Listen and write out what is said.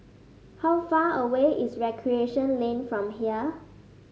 how far away is Recreation Lane from here